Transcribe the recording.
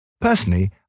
Personally